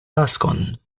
taskon